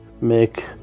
make